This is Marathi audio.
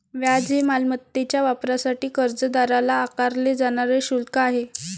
व्याज हे मालमत्तेच्या वापरासाठी कर्जदाराला आकारले जाणारे शुल्क आहे